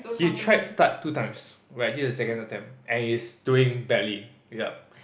he tried start two times where this is his second attempt and he's doing badly yup